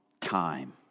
time